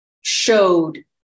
showed